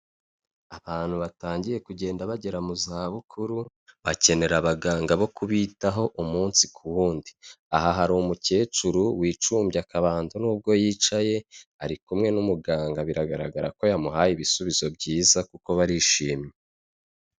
Abantu batangiye kugenda bagera mu za bukuru bakenera abaganga bo kubitaho umunsi ku wundi aha hari umukecuru wicumbye akabando nubwo yicaye ari kumwe n'umuganga biragaragara ko yamuhaye ibisubizo byiza kuko barishimye.